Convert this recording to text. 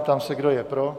Ptám se, kdo je pro?